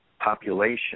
population